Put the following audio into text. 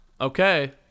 Okay